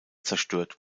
zerstört